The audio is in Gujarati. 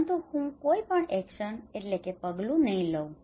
પરંતુ હું કોઈ પણ એક્શન action પગલું નહીં લઉં